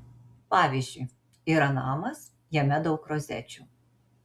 pavyzdžiui yra namas jame daug rozečių